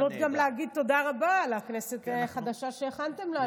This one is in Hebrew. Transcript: זו גם הזדמנות להגיד תודה רבה על הכנסת החדשה שהכנתם לנו.